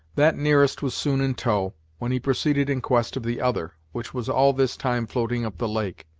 that nearest was soon in tow, when he proceeded in quest of the other, which was all this time floating up the lake.